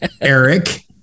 Eric